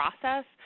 process